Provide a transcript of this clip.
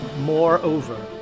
moreover